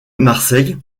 marseille